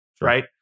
right